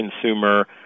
consumer